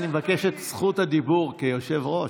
אני מבקש את זכות הדיבור כיושב-ראש.